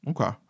okay